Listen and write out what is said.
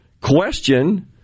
question